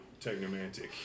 Technomantic